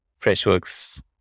Freshworks